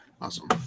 Awesome